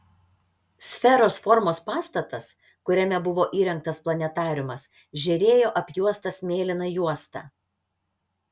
sferos formos pastatas kuriame buvo įrengtas planetariumas žėrėjo apjuostas mėlyna juosta